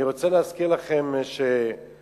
אני רוצה להזכיר לכם שלאחרונה,